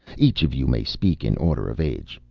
each of you may speak in order of age.